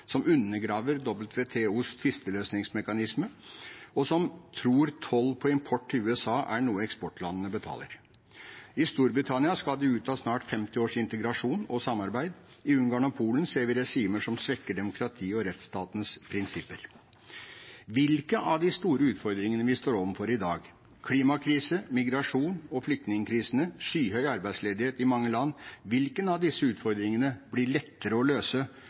som undergraver WTOs tvisteløsningsmekanisme, og som tror toll på import til USA er noe eksportlandene betaler. I Storbritannia skal de ut av snart 50 års integrasjon og samarbeid. I Ungarn og Polen ser vi regimer som svekker demokratiet og rettsstatens prinsipper. Hvilke av de store utfordringene vi står overfor i dag – klimakrise, migrasjons- og flyktningkrise, skyhøy arbeidsledighet i mange land – blir lettere å løse